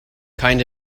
kind